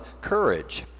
courage